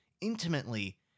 intimately